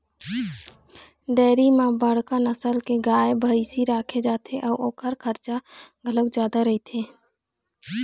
dairy म बड़का नसल के गाय, भइसी राखे जाथे अउ ओखर खरचा घलोक जादा रहिथे